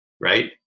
right